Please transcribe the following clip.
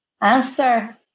answer